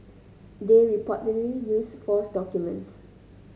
they reportedly used false documents